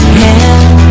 hand